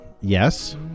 Yes